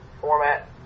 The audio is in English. format